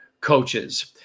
coaches